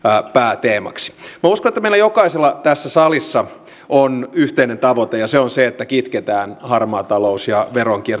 minä uskon että meillä jokaisella tässä salissa on yhteinen tavoite ja se on se että kitketään harmaa talous ja veronkierto